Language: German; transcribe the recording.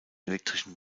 elektrischen